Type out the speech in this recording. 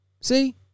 See